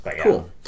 Cool